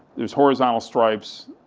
there's horizontal stripes,